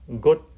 good